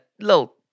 little